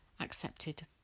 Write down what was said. accepted